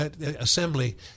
assembly